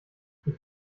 ich